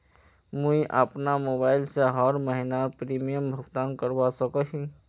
मुई अपना मोबाईल से हर महीनार प्रीमियम भुगतान करवा सकोहो ही?